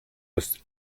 des